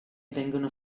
vengono